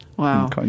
Wow